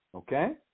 Okay